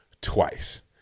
twice